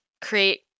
create